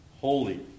holy